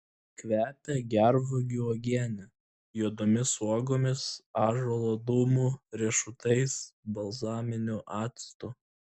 kvepia gervuogių uogiene juodomis uogomis ąžuolo dūmu riešutais balzaminiu actu